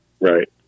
Right